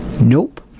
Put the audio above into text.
Nope